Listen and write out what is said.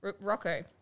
Rocco